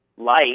light